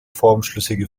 formschlüssige